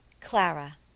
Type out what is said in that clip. Clara